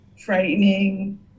Frightening